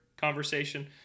conversation